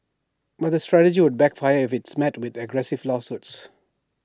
but the strategy could backfire if it's met with aggressive lawsuits